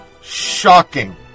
shocking